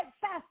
fast